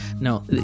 No